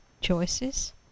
choices